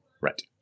Right